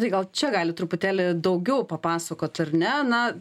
tai gal čia galit truputėlį daugiau papasakot ar ne na